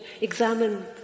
examine